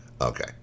Okay